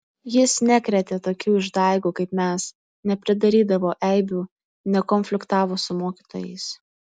jis nekrėtė tokių išdaigų kaip mes nepridarydavo eibių nekonfliktavo su mokytojais